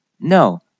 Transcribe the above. No